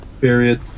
period